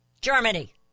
Germany